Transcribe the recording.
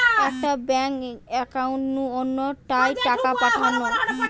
একটা bank account নু অন্য টায় টাকা পাঠানো